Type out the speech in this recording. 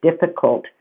difficult